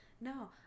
No